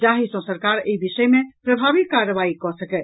जाहि सँ सरकार एहि विषय मे प्रभावी कार्रवाई कऽ सकय